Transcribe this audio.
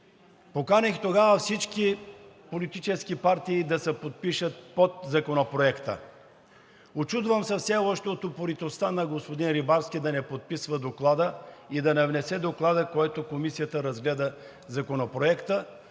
Поканих тогава всички политически партии да се подпишат под Законопроекта. Учудвам се все още от упоритостта на господин Рибарски да не подписва Доклада и да не внесе Доклада, с който Комисията разглежда Законопроекта.